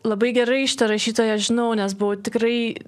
labai gerai šitą rašytoją žinau nes buvau tikrai